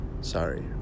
Sorry